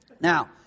Now